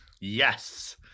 Yes